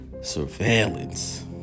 surveillance